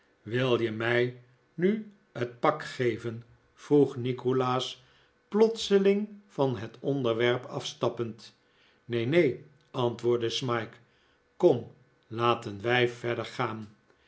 wil je mij nu het pak geven vroeg nikolaas plotseling van het onderwerp afstappend neen neen antwoordde smike kom laten wij verder gaan